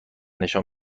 نشان